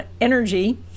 energy